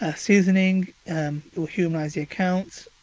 ah seasoning or humanise the accounts,